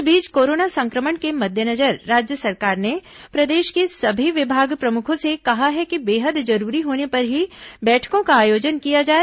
इस बीच कोरोना संक्रमण के मद्देनजर राज्य सरकार ने प्रदेश के सभी विभाग प्रमुखों से कहा है कि बेहद जरूरी होने पर ही बैठकों का आयोजन किया जाए